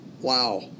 wow